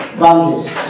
boundaries